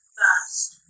first